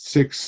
Six